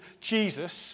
Jesus